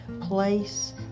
place